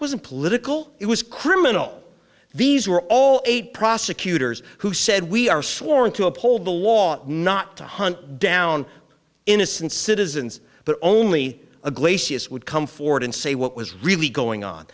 wasn't political it was criminal these were all eight prosecutors who said we are sworn to uphold the law not to hunt down innocent citizens but only a glacier is would come forward and say what was really going on